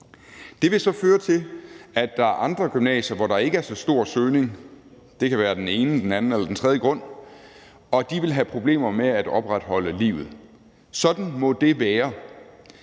Det vil så føre til, at der er andre gymnasier, hvor der ikke er så stor søgning – det kan være af den ene, den anden eller den tredje grund – som vil have problemer med at opretholde livet. Sådan må det være.